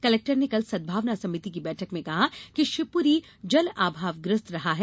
collector ने कल सद्भावना समिति की बैठक में कहा कि शिवपुरी जल अभावग्रस्त रहा है